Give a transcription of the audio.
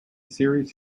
series